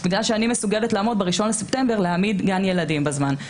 בגלל שאני מסוגלת לעמוד ב-1 בספטמבר להעמיד גן ילדים בזמן.